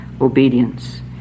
obedience